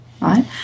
right